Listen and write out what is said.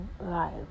life